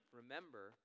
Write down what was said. Remember